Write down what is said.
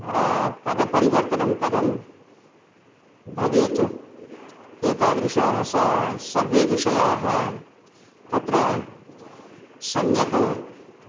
पदपरिवर्तनं कथं भवेत् एतादृशाः सा सर्वे विषयाः तत्र सम्यक्